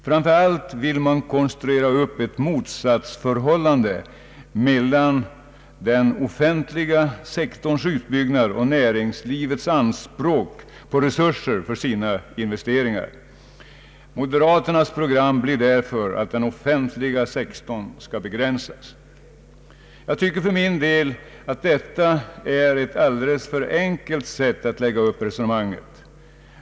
Framför allt vill man konstruera upp ett motsatsförhållande mellan den offentliga sektorns utbyggnad och näringslivets anspråk och resurser för sina investeringar. Moderaternas program blir därför att den offentliga sektorn skall begränsas. Jag tycker för min del att detta är ett alldeles för enkelt sätt att lägga upp resonemanget.